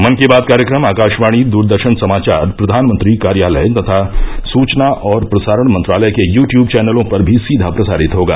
मन की बात कार्यक्रम आकाशवाणी दूरदर्शन समाचार प्रधानमंत्री कार्यालय तथा सूचना और प्रसारण मंत्रालय के यूट्यूब चैनलों पर भी सीधा प्रसारित होगा